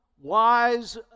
wise